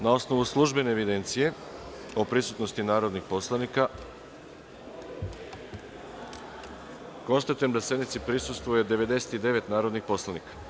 Na osnovu službene evidencije o prisutnosti narodnih poslanika, konstatujem da sednici prisustvuje 99 narodnih poslanika.